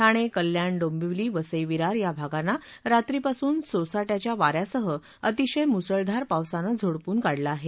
ठाणे कल्याण डोंबिवली वसई विरार या भागांना रात्रीपासून सोसाट्याच्या वाऱ्यासह अतिशय मुसळधार पावसानं झोडपून काढलं आहे